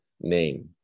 name